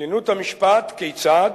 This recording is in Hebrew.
עליונות המשפט, כיצד?